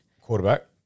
Quarterback